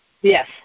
Yes